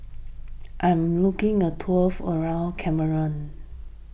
I am looking a tour for around Cameroon